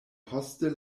poste